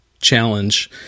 challenge